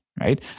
right